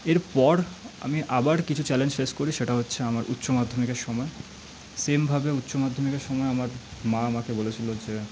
এরপর আমি আবার কিছু চ্যালেঞ্জ ফেস করি সেটা হচ্ছে আমার উচ্চ মাধ্যমিকের সময় সেমভাবে উচ্চ মাধ্যমিকের সময় আমার মা আমাকে বলেছিলো যে